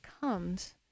comes